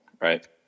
right